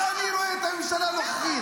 הוא מדבר על החיילים שלנו.